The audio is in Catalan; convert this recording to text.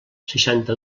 seixanta